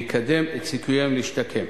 ויקדם את סיכוייהם להשתקם.